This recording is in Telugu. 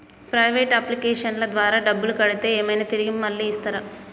ప్రైవేట్ అప్లికేషన్ల ద్వారా డబ్బులు కడితే ఏమైనా తిరిగి మళ్ళీ ఇస్తరా?